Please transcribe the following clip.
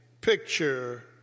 picture